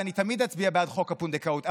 ואני תמיד אצביע בעד חוק הפונדקאות.